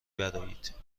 برآیید